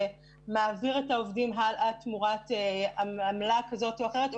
שמעביר את העובדים הלאה תמורת עמלה כזו או אחרת,